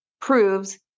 proves